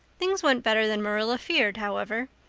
things went better than marilla feared, however.